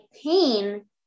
pain